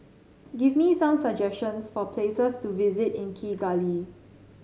give me some suggestions for places to visit in Kigali